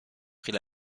pris